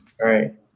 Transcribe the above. right